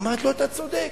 אמרתי לו: אתה צודק.